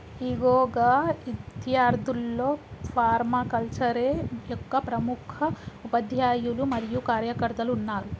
ఇగో గా ఇద్యార్థుల్లో ఫర్మాకల్చరే యొక్క ప్రముఖ ఉపాధ్యాయులు మరియు కార్యకర్తలు ఉన్నారు